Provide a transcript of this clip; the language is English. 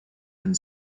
and